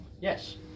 yes